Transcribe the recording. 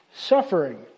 suffering